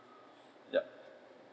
yup